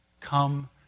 Come